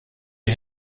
ihr